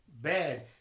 bad